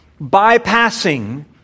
bypassing